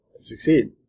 Succeed